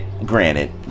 granted